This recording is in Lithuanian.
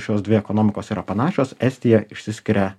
šios dvi ekonomikos yra panašios estija išsiskiria